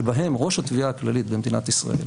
שבהן ראש התביעה הכללית במדינת ישראל,